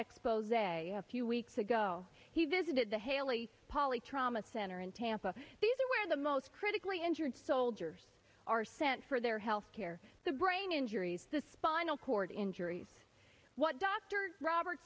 expos a few weeks ago he visited the haley poly trauma center in tampa where the most critically injured soldiers are sent for their health care the brain injuries the spinal cord injuries what dr robert